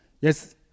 Yes